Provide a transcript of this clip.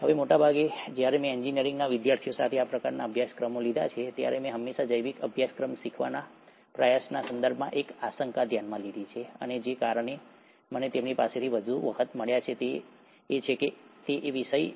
હવે મોટાભાગે જ્યારે મેં એન્જિનિયરિંગના વિદ્યાર્થીઓ સાથે આ પ્રકારના અભ્યાસક્રમો લીધા છે ત્યારે મેં હંમેશા જૈવિક અભ્યાસક્રમ શીખવાના પ્રયાસના સંદર્ભમાં એક આશંકા ધ્યાનમાં લીધી છે અને જે કારણો મને તેમની પાસેથી વધુ વખત મળ્યા છે તે એ છે કે તે એક વિષય છે